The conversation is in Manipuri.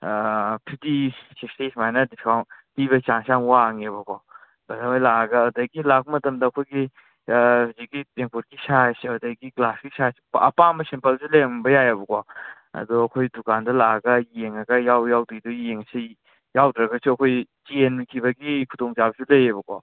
ꯐꯤꯐꯇꯤ ꯁꯤꯛꯁꯇꯤ ꯁꯨꯃꯥꯏꯅ ꯗꯤꯁꯀꯥꯎꯟ ꯄꯤꯕꯒꯤ ꯆꯥꯟꯁ ꯌꯥꯝ ꯋꯥꯡꯉꯦꯕꯀꯣ ꯉꯁꯥꯋꯥꯏ ꯂꯥꯛꯑꯒ ꯑꯗꯒꯤ ꯂꯥꯛꯄ ꯃꯇꯝꯗ ꯑꯩꯈꯣꯏꯒꯤ ꯍꯧꯖꯤꯛꯀꯤ ꯏꯝꯄꯣꯔꯠꯀꯤ ꯁꯥꯏꯖꯁꯦ ꯑꯗꯒꯤ ꯒ꯭ꯂꯥꯁꯀꯤ ꯁꯥꯏꯖ ꯑꯄꯥꯝꯕ ꯁꯤꯝꯄꯜꯁꯦ ꯂꯩꯔꯝꯕ ꯌꯥꯏꯕꯀꯣ ꯑꯗꯣ ꯑꯩꯈꯣꯏ ꯗꯨꯀꯥꯟꯗ ꯂꯥꯛꯑꯒ ꯌꯦꯡꯉꯒ ꯌꯥꯎꯏ ꯌꯥꯎꯗꯦꯗꯣ ꯌꯦꯡꯁꯤ ꯌꯥꯎꯗ꯭ꯔꯒꯁꯨ ꯑꯩꯈꯣꯏ ꯆꯦꯟꯈꯤꯕꯒꯤ ꯈꯨꯗꯣꯡꯆꯥꯕꯁꯨ ꯂꯩꯌꯦꯕꯀꯣ